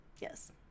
yes